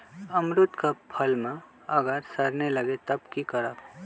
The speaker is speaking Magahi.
अमरुद क फल म अगर सरने लगे तब की करब?